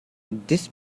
this